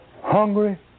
hungry